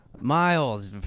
miles